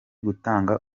gutanga